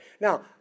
Now